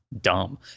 dumb